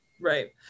Right